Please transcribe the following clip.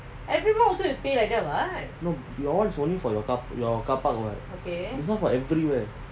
no your one is only for your car your car park what this one for everywhere